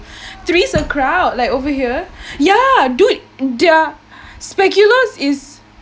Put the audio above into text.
three's a crowd like over here ya dude their speculoos is